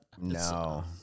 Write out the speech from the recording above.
No